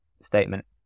statement